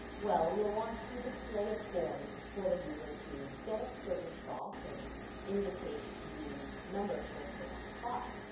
well you'll want to display a form for the user to get a certain stock and indicate the number of shares that they want to buy.